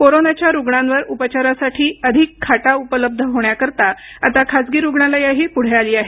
कोरोनाच्या रुग्णांवर उपचारासाठी अधिक खाटा उपलब्ध होण्याकरता आता खासगी रुग्णालयंही पुढे आली आहेत